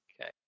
Okay